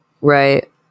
Right